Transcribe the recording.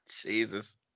Jesus